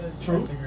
True